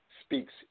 Speaks